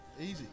Easy